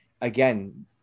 Again